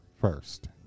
First